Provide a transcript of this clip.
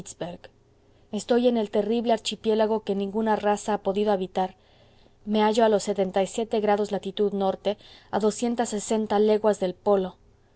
estoy en el terrible archipiélago que ninguna raza ha podido habitar me hallo a los grados latitud norte a doscientas sesenta leguas del polo